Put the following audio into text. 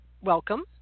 welcome